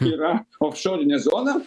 yra ofšorinė zona